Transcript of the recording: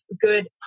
good